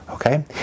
Okay